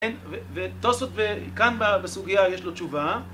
‫כן, וטוסות, ‫כאן בסוגיה יש לו תשובה.